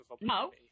no